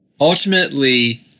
ultimately